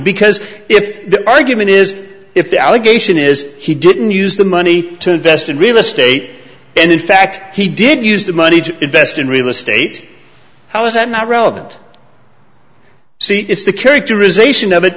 because if the argument is if the allegation is he didn't use the money to invest in real estate and in fact he did use the money to invest in real estate how is that not relevant see is the characterization of it